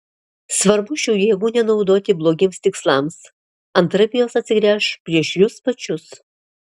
svarbu šių jėgų nenaudoti blogiems tikslams antraip jos atsigręš prieš jus pačius